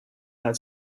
had